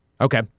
Okay